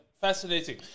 fascinating